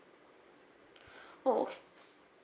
oh